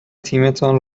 تیمتان